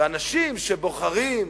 ואנשים שבוחרים,